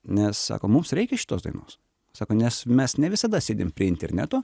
nes sako mums reikia šitos dainos sako nes mes ne visada sėdim prie interneto